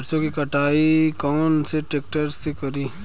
सरसों के कटाई कौन सा ट्रैक्टर से करी?